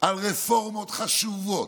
על רפורמות חשובות,